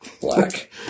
Black